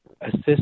assist